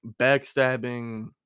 backstabbing